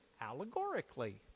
allegorically